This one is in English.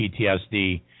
PTSD